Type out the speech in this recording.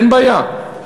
אין בעיה,